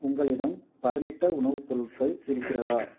உங்களிடம் பதனிட்ட உணவுப் பொருட்கள் இருக்கிறதா